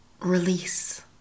Release